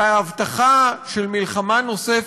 וההבטחה של מלחמה נוספת,